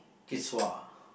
kids who are